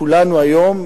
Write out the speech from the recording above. כולנו היום,